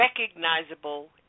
recognizable